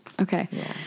okay